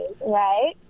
Right